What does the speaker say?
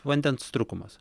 vandens trūkumas